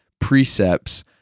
precepts